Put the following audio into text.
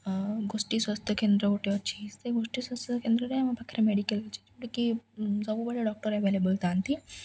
ଅ ଗୋଷ୍ଠୀ ସ୍ୱାସ୍ଥ୍ୟ କେନ୍ଦ୍ର ଗୋଟେ ଅଛି ସେ ଗୋଷ୍ଠୀ ସ୍ୱାସ୍ଥ୍ୟକେନ୍ଦ୍ରରେ ଆମ ପାଖରେ ମେଡ଼ିକାଲ୍ ଅଛି ଯେଉଁଟାକି ସବୁବେଳେ ଡକ୍ଟର ଆଭେଲେବଲ୍ ଥାଆନ୍ତି